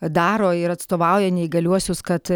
daro ir atstovauja neįgaliuosius kad